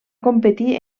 competir